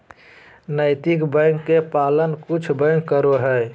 नैतिक बैंक के पालन कुछ बैंक करो हइ